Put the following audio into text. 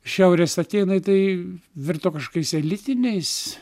šiaurės atėnai tai virto kažkokiais elitiniais